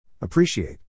Appreciate